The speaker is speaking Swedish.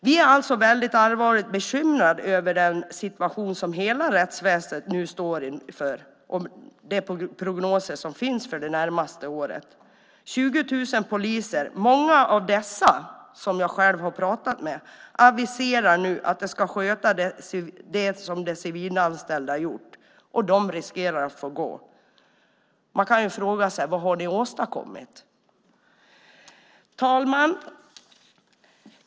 Vi är alltså väldigt allvarligt bekymrade över den situation som hela rättsväsendet nu står inför med de prognoser som finns för de närmaste åren. Många av de poliser som jag har pratat med aviserar nu att de ska sköta det som de civilanställda har gjort, och de riskerar att få gå. Man kan fråga sig: Vad har ni åstadkommit? Herr talman!